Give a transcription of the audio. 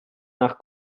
nach